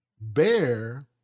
bear